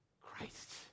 Christ